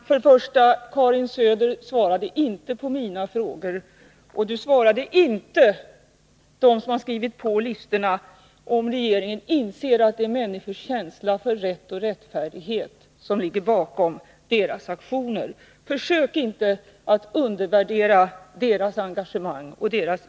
Fru talman! Karin Söder svarade inte på mina frågor, och hon svarade inte dem som har skrivit på listorna, om regeringen inser att det är människors känsla för rätt och rättfärdighet som ligger bakom aktionerna. Försök inte att undervärdera människors engagemang och insats!